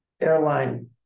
airline